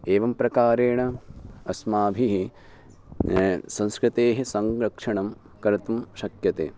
एवं प्रकारेण अस्माभिः संस्कृतेः संरक्षणं कर्तुं शक्यते